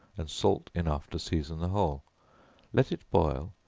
and salt enough to season the whole let it boil,